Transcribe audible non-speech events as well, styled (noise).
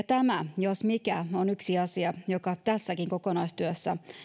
(unintelligible) tämä jos mikä on yksi asia joka tässäkin kokonaistyössä